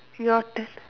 your turn